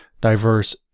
diverse